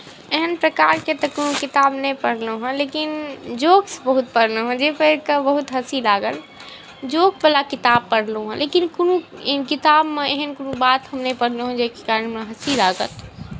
एहन प्रकारके तऽ कोनो किताब नहि पढ़लहुँ हँ लेकिन जोक्स बहुत पढ़लहुँ हँ जे पढ़िकऽ बहुत हँसी लागल जोक वाला किताब पढ़लहुँ हँ लेकिन कोनो किताब मे एहन कोनो बात हम नहि पढ़लहुँ हँ जे कि कारण हमरा हँसी लागत